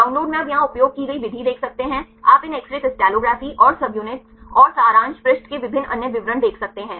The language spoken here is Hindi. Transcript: डाउनलोड में आप यहां उपयोग की गई विधि देख सकते हैं आप इन एक्स रे क्रिस्टलोग्राफी और सबयूनिट्स और सारांश पृष्ठ में विभिन्न अन्य विवरण देख सकते हैं